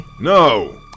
No